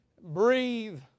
Breathe